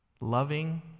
loving